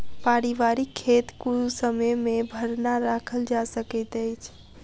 पारिवारिक खेत कुसमय मे भरना राखल जा सकैत अछि